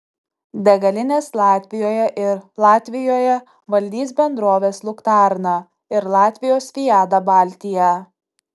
degalinės latvijoje ir latvijoje valdys bendrovės luktarna ir latvijos viada baltija